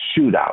Shootout